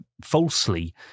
falsely